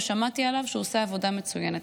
ושמעתי עליו שהוא עושה עבודה מצוינת,